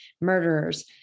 murderers